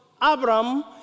Abram